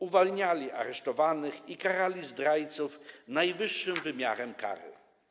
Uwalniali aresztowanych i karali zdrajców najwyższym wymiarem kary.